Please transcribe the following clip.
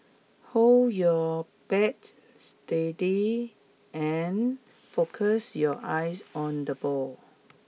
hold your bat steady and focus your eyes on the ball